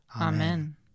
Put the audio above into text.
Amen